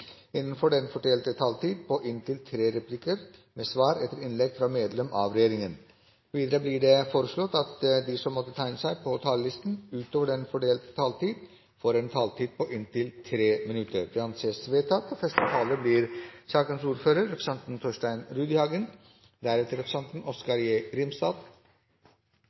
på inntil tre replikker med svar etter innlegg fra medlem av regjeringen innenfor den fordelte taletid. Videre blir det foreslått at de som måtte tegne seg på talerlisten utover den fordelte taletid, får en taletid på inntil 3 minutter. – Det anses vedtatt. I proposisjonen blir